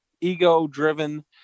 ego-driven